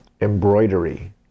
embroidery